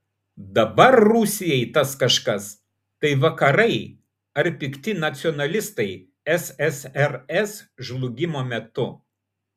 dabar rusijai tas kažkas tai vakarai ar pikti nacionalistai ssrs žlugimo metu